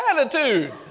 attitude